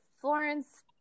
Florence